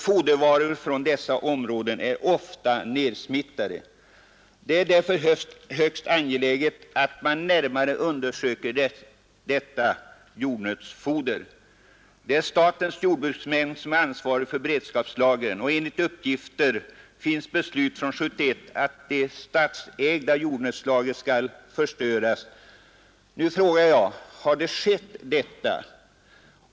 Fodervaror från dessa områden är ofta nedsmittade. Det är därför högst angeläget att man närmare undersöker detta jordnötsfoder. Statens jordbruksnämnd är ansvarig för beredskapslagren, och enligt uppgift finns beslut från 1971 om att de statsägda jordnötslagren skall förstöras. Nu frågar jag: Har detta skett?